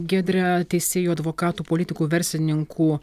giedre teisėjų advokatų politikų verslininkų